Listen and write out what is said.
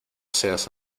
seas